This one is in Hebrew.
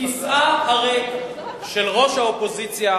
כיסאה הריק של ראש האופוזיציה,